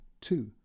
two